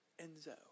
Enzo